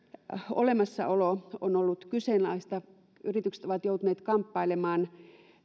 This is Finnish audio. olemassaolo on ollut kyseenalaista yritykset ovat joutuneet kamppailemaan